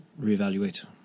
reevaluate